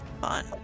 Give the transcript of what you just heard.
Fun